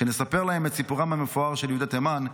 כשנספר להם את סיפורם המפואר של יהודי תימן,